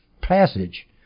passage